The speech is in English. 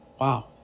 Wow